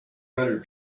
hundred